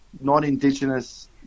non-Indigenous